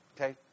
Okay